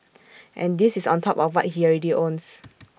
and this is on top of what he already owns